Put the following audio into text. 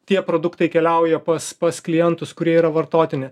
tie produktai keliauja pas pas klientus kurie yra vartotini